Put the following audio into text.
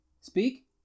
speak